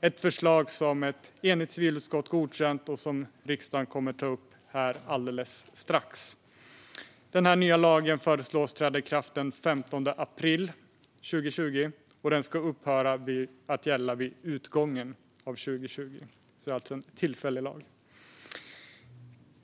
Det är ett förslag som ett enigt civilutskott har tillstyrkt och som riksdagen om en liten stund kommer att fatta beslut om. Denna nya lag föreslås träda i kraft den 15 april 2020, och den ska upphöra att gälla vid utgången av 2020. Det är alltså en tillfällig lag.